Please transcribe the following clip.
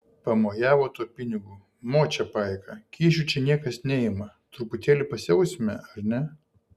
pamojavo tuo pinigu močia paika kyšių čia niekas neima truputėlį pasiausime ar ne